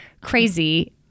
crazy